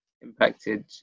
impacted